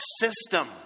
system